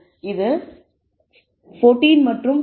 இது 14 மற்றும் 16